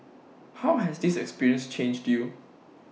how has this experience changed you